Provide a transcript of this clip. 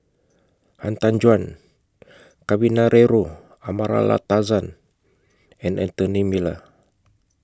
Han Tan Juan Kavignareru Amallathasan and Anthony Miller